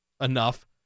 enough